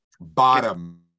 Bottom